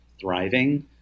thriving